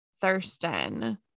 Thurston